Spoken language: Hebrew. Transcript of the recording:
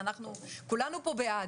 כולנו פה בעד.